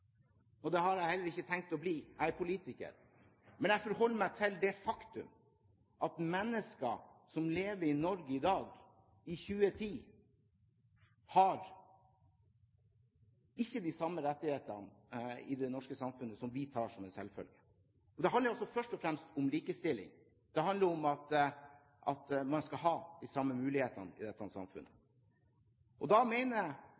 og det har jeg heller ikke tenkt å bli. Jeg er politiker. Men jeg forholder meg til det faktum at det er mennesker som lever i Norge i dag, i 2010, som ikke har de samme rettighetene i det norske samfunnet som vi tar som en selvfølge. Det handler først og fremst om likestilling. Det handler om at man skal ha de samme mulighetene i dette samfunnet. Da